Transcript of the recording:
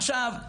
עכשיו,